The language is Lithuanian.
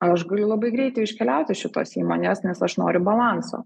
aš galiu labai greitai iškeliauti iš šitos įmonės nes aš noriu balanso